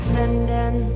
Spending